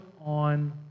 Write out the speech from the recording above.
on